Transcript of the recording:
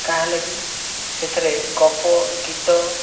କାହାଁ ହେଲାକି ସେଥିରେ ଗପ ଗୀତ